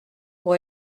pour